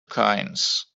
coins